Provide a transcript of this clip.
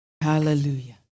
hallelujah